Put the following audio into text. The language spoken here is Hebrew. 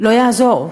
לא יעזור,